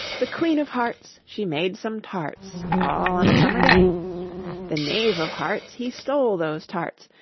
the queen of hearts, she made some tarts, all on a summer day the knave of hearts, he stole those tarts,